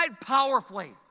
powerfully